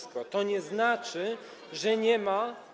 To nie znaczy, że nie ma.